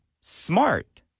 smart